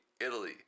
Italy